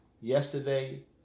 yesterday